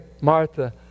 Martha